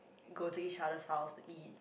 go to each other's house to eat